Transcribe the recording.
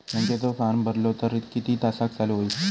बँकेचो फार्म भरलो तर किती तासाक चालू होईत?